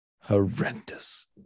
horrendous